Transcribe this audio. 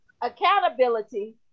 accountability